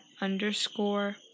underscore